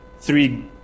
three